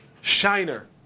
Shiner